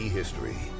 history